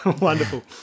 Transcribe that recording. wonderful